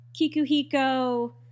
Kikuhiko